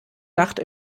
nacht